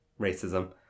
racism